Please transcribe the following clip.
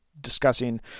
discussing